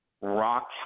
rock